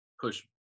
push